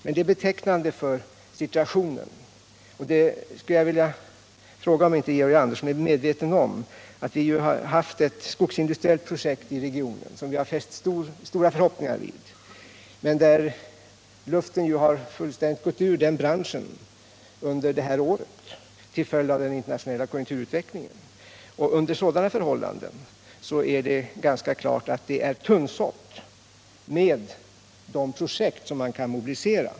Det är betecknande för situationen — jag vill fråga om inte Georg Andersson är medveten om detta — att vi i regionen haft ett skogsindustriellt projekt som vi fäst stora förhoppningar vid. Men till följd av den internationella konjunkturutvecklingen har luften fullständigt gått ur den branschen under det här året. Under sådana förhållanden är det klart att det är tunnsått med projekt som man kan mobilisera.